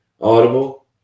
Audible